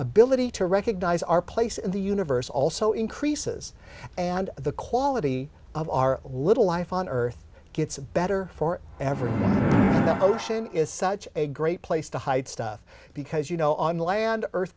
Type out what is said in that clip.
ability to recognise our place in the universe also increases and the quality of our little life on earth gets better for every ocean is such a great place to hide stuff because you know on land earth